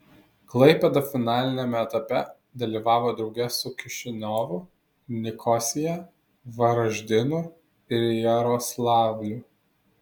klaipėda finaliniame etape dalyvavo drauge su kišiniovu nikosija varaždinu ir jaroslavliu